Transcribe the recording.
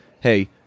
Hey